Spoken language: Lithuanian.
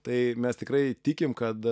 tai mes tikrai tikim kad